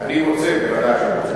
אני רוצה, בוודאי.